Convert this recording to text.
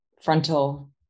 frontal